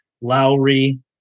Lowry